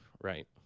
right